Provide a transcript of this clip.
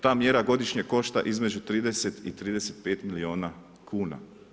Ta mjera godišnje košta između 30 i 35 milijuna kuna.